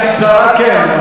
קריאת ביניים קצרה, כן.